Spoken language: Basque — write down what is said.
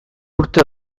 urte